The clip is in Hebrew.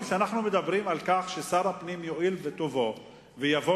כשאנחנו מדברים על כך ששר הפנים יואיל בטובו ויבוא